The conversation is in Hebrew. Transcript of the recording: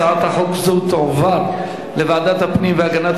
הצעת חוק זו תועבר לוועדת הפנים והגנת